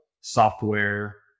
software